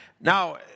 Now